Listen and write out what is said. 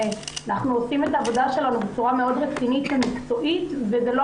אנחנו עושים את העבודה שלנו בצורה מאוד רצינית ומקצועית וזה לא